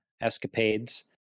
escapades